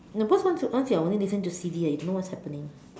no once once once you are only listening to C_D ah you don't know what is happening